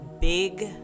big